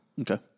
Okay